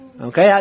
Okay